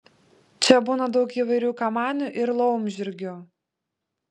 čia būna daug įvairių kamanių ir laumžirgių